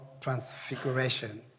transfiguration